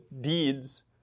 deeds